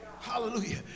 Hallelujah